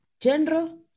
General